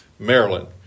Maryland